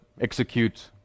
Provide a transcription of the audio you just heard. execute